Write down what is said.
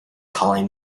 calling